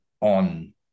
on